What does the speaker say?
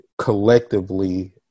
collectively